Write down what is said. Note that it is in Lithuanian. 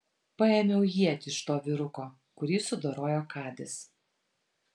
paėmiau ietį iš to vyruko kurį sudorojo kadis